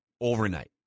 Overnight